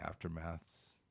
aftermaths